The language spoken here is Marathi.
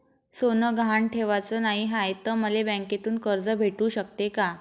सोनं गहान ठेवाच नाही हाय, त मले बँकेतून कर्ज भेटू शकते का?